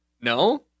no